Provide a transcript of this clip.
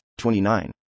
29